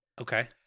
Okay